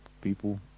people